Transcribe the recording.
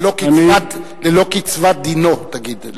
ללא קצבת דינו תגיד.